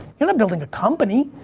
you're not building a company.